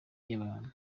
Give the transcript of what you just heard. y’abantu